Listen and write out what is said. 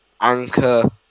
anchor